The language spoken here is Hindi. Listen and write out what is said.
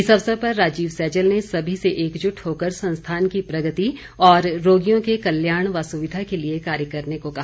इस अवसर पर राजीव सैजल ने सभी से एकजुट होकर संस्थान की प्रगति और रोगियों के कल्याण व सुविधा के लिए कार्य करने को कहा